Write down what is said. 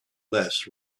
less